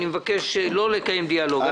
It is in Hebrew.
אני מבקש לא לקיים דיאלוג.